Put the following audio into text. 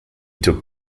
took